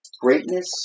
Greatness